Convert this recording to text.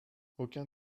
aucun